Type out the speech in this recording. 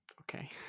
Okay